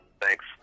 Thanks